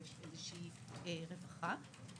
יש איזושהי רווחה.